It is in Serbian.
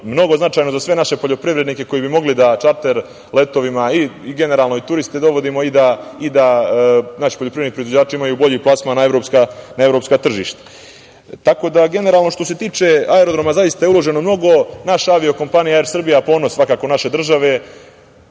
mnogo značajno za sve naše poljoprivrednike koji bi mogli da čarter letovima, generalno, i turiste da dovodimo, i da naši poljoprivredni proizvođači imaju bolji plasman na evropska tržišta. Generalno, što se tiče aerodroma, zaista je uloženo mnogo. Naša avio kompanija „Er Srbija“ je ponos naše države.